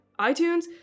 iTunes